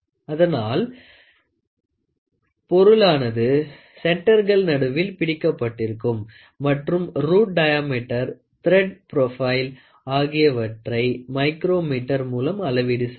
அதனால் பொருளானது சென்டர்கள் நடுவில் பிடிக்கப்பட்டிருக்கும் மற்றும் ரூட் டயாமீட்டர் திரேட் ப்ரொபைல் ஆகியவற்றை மைக்ரோமீட்டர் மூலம் அளவீடு செய்யலாம்